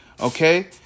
Okay